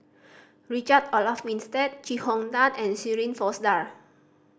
Richard Olaf Winstedt Chee Hong Tat and Shirin Fozdar